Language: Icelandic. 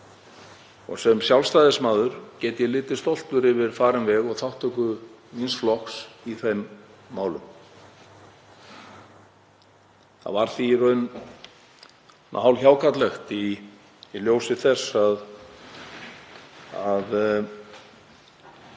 og sem Sjálfstæðismaður get ég litið stoltur yfir farinn veg og þátttöku míns flokks í þeim málum. Það var því í raun hálfhjákátlegt í ljósi þess að